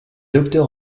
docteur